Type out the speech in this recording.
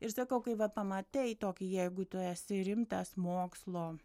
ir sakau kai va pamatai tokį jeigu tu esi rimtas mokslo